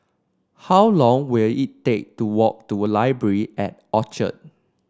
how long will it take to walk to Library at Orchard